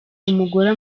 umugore